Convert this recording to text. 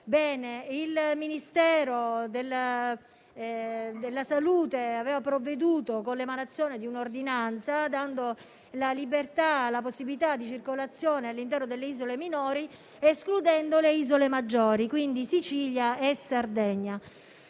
il Ministero della salute aveva provveduto con l'emanazione di un'ordinanza, dando la possibilità di circolare all'interno delle isole minori ed escludendo le isole maggiori, quindi Sicilia e Sardegna.